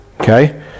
Okay